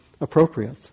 appropriate